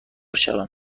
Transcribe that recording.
شوم